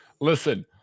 listen